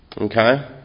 Okay